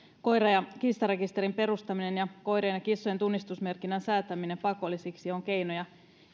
koira ja kissarekisterin perustaminen ja koirien ja kissojen tunnistusmerkinnän säätäminen pakollisiksi ovat keinoja